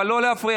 אבל לא להפריע,